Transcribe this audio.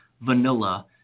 Vanilla